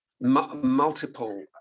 multiple